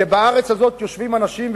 כי בארץ הזאת יושבים אנשים,